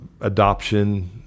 adoption